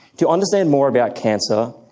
to understand more about cancer,